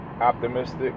optimistic